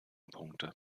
punkte